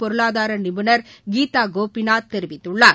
பொருளாதார நிபுணர் கீதா கோபிநாத் தெரிவித்துள்ளார்